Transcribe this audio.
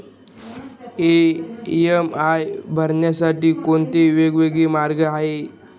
EMI भरण्यासाठी कोणते वेगवेगळे मार्ग आहेत?